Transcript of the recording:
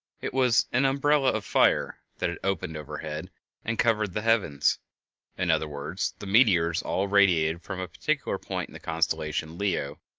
it was an umbrella of fire that had opened overhead and covered the heavens in other words, the meteors all radiated from a particular point in the constellation leo,